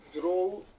draw